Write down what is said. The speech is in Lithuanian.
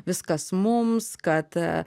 viskas mums kad